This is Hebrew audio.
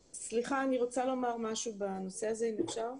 סליחה, אני רוצה לומר משהו בנושא הזה, אם אפשר?